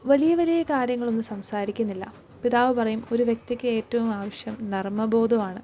വലിയ വലിയ കാര്യങ്ങളൊന്നും സംസാരിക്കുന്നില്ല പിതാവ് പറയും ഒരു വ്യക്തിക്ക് ഏറ്റവും ആവശ്യം നർമ്മബോധമാണ്